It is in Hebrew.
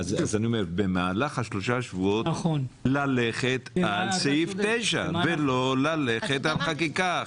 במהלך שלושת השבועות ללכת על סעיף 9 ולא ללכת על חקיקה.